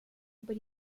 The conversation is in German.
über